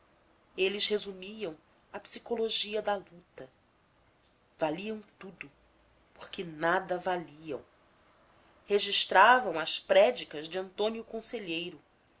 eles resumiam a psicologia da luta valiam tudo porque nada valiam registravam as prédicas de antônio conselheiro